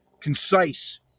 concise